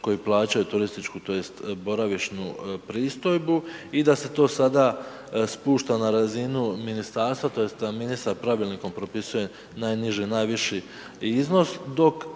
koji plaćaju turističku tj. boravišnu pristojbu i da se to sada spušta na razinu ministarstva tj. da ministar pravilnikom propisuje najniži i najviši iznos dok